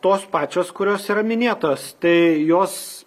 tos pačios kurios yra minėtos tai jos